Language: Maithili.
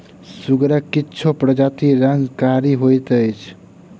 सुगरक किछु प्रजातिक रंग कारी होइत अछि